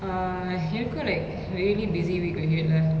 uh எனக்கு:enaku like really busy week ahead lah